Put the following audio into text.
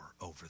over